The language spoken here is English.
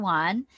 one